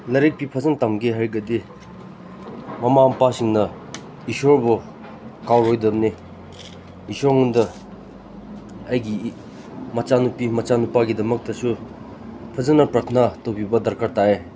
ꯂꯥꯏꯔꯤꯛꯇꯤ ꯐꯖꯅ ꯇꯝꯒꯦ ꯍꯥꯏꯔꯒꯗꯤ ꯃꯃꯥ ꯃꯄꯥꯁꯤꯡꯅ ꯏꯁꯣꯔꯕꯨ ꯀꯥꯎꯔꯣꯏꯗꯕꯅꯤ ꯏꯁꯣꯔꯉꯣꯟꯗ ꯑꯩꯒꯤ ꯃꯆꯥꯅꯨꯄꯤ ꯃꯆꯥꯅꯨꯄꯥꯒꯤꯗꯃꯛꯇꯁꯨ ꯐꯖꯅ ꯄ꯭ꯔꯊꯥꯅ ꯇꯧꯕꯤꯕ ꯗꯔꯀꯥꯔ ꯇꯥꯏ